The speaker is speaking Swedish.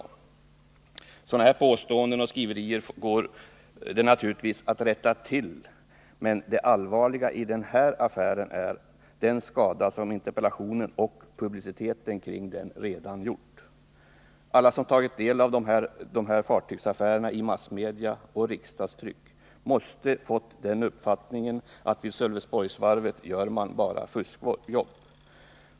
Felaktigheter i sådana här påståenden och skriverier är det naturligtvis möjligt att rätta till, men det allvarliga i den här affären är den skada som interpellationen och publiciteten kring denna redan har åstadkommit. Alla som har tagit del av de här fartygsaffärerna genom massmedia och riksdagstryck måste ha fått uppfattningen att vid Sölvesborgsvarvet gör man bara fuskjobb.